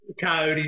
Coyotes